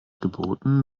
geboten